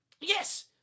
Yes